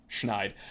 schneid